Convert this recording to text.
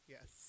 Yes